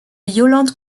yolande